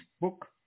book